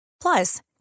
Plus